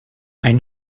ein